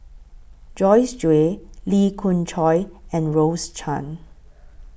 Joyce Jue Lee Khoon Choy and Rose Chan